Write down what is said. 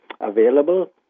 available